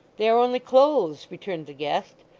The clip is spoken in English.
they are only clothes returned the guest,